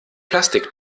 plastik